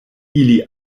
ili